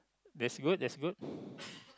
that's good that's good